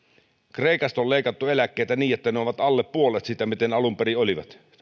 kreikasta on leikattu eläkkeitä niin että ne ovat alle puolet siitä mitä ne alun perin olivat